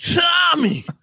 Tommy